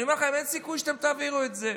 אני אומר לכם, אין סיכוי שאתם תעבירו את זה.